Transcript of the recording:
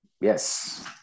Yes